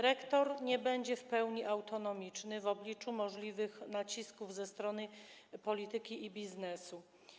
Rektor nie będzie w pełni autonomiczny w obliczu możliwych nacisków ze strony polityki i biznesu.